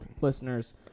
listeners